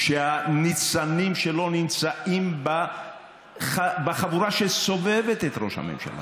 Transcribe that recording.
שהניצנים שלו נמצאים בחבורה שסובבת את ראש הממשלה: